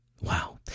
Wow